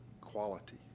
quality